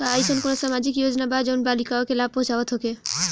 का एइसन कौनो सामाजिक योजना बा जउन बालिकाओं के लाभ पहुँचावत होखे?